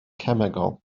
cemegol